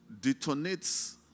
detonates